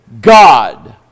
God